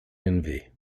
envy